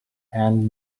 and